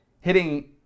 hitting